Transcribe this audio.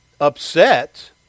upset